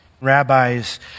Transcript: rabbis